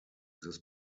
this